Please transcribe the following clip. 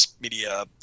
media